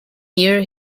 year